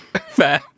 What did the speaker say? Fair